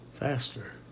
faster